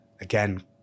again